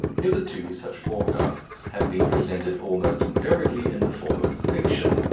hitherto such forecasts have been presented almost invariably in the form of fiction,